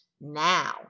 now